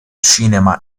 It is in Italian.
cinema